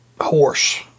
horse